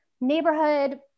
neighborhood